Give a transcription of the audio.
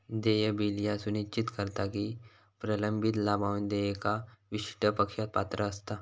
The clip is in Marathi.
देय बिल ह्या सुनिश्चित करता की प्रलंबित लाभांश देयका विशिष्ट पक्षास पात्र असता